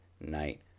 night